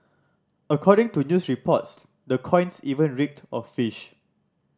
according to news reports the coins even reeked of fish